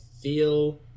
feel